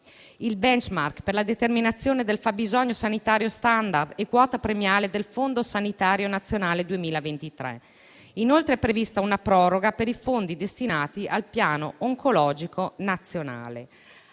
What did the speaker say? il *benchmark* per la determinazione del fabbisogno sanitario *standard* e la quota premiale del Fondo sanitario nazionale 2023. Inoltre, è prevista una proroga per i fondi destinati al piano oncologico nazionale.